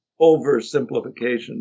oversimplification